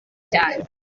cyane